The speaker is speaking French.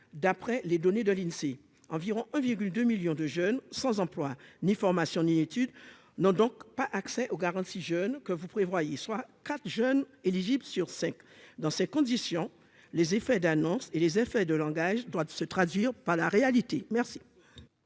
d'après les données de l'Insee, environ 2 millions de jeunes sans emploi ni formation ni étude n'ont donc pas accès aux si jeune que vous prévoyez, soit 4 jeunes éligible sur 5, dans ces conditions, les effets d'annonce et les effets de langage doit se traduire par la réalité, merci.